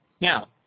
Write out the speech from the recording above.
Now